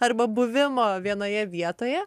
arba buvimo vienoje vietoje